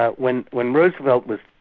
ah when when roosevelt was